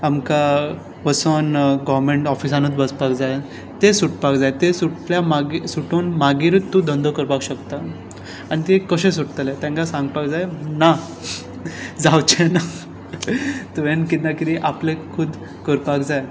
आमकां बसून गॉमँट ऑफिसानूत बसपाक जाय तें सुटपाक जाय तें सुटल्या मागीर सुटून मागिरूच तूं धंदो करपाक शकता आनी तें कशें सुट्टलें तांकां सांगपाक जाय ना जावचेंना तुवें केन्ना कितें आपलें खूद करपाक जाय